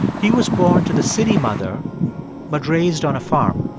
he was born to the city mother but raised on a farm.